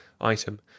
item